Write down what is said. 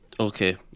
Okay